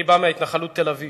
אני בא מההתנחלות תל-אביב.